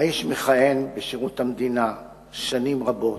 האיש מכהן בשירות המדינה שנים רבות,